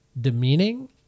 demeaning